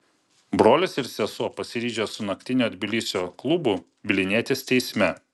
brolis ir sesuo pasiryžę su naktinio tbilisio klubu bylinėtis teisme